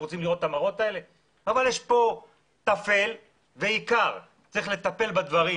אבל יש פה טפל ועיקר, צריך לטפל בדברים